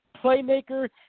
playmaker